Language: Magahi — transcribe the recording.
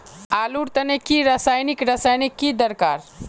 आलूर तने की रासायनिक रासायनिक की दरकार?